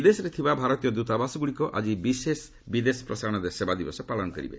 ବିଦେଶରେ ଥିବା ଭାରତୀୟ ଦୃତାବାସଗୁଡ଼ିକ ଆକି ବିଦେଶ ପ୍ରସାରଣ ସେବା ଦିବସ ମଧ୍ୟ ପାଳନ କରିବେ